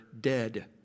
dead